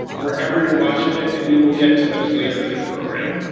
wherever you're watching it, and we will get to those later in the program.